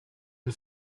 den